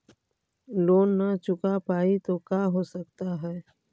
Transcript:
Loan न चुका पाई तो का हो सकता है?